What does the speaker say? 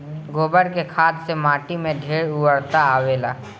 गोबर के खाद से माटी में ढेर उर्वरता आवेला